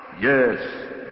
Yes